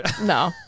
No